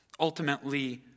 Ultimately